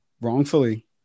wrongfully